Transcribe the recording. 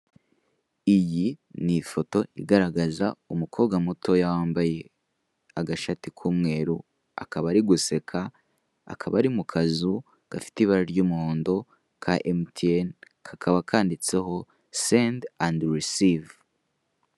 Iyi ni ifoto igaragaza umukobwa mutoya wambaye agashati k'umweru, akaba ari guseka, akaba ari mu kazu gafite ibara ry'umuhondo ka emutiyene, kakaba kanditseho sendi andi risive.